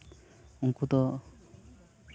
ᱩᱱᱠᱩ ᱫᱚ